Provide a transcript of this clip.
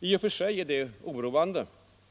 I och för sig är detta oroande.